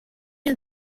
and